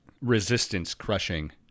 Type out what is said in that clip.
resistance-crushing